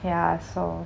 ya so